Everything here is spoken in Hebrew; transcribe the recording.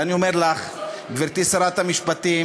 ואני אומר לך, גברתי שרת המשפטים,